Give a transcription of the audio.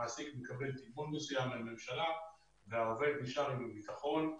המעסיק מקבל תגמול מסוים מהממשלה והעובד נשאר בביטחון.